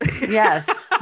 Yes